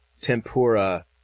tempura